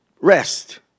rest